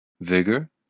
vigor